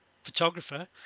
Photographer